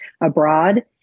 abroad